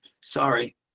Sorry